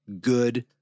good